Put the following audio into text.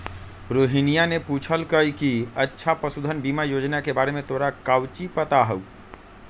रोहिनीया ने पूछल कई कि अच्छा पशुधन बीमा योजना के बारे में तोरा काउची पता हाउ?